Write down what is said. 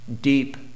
deep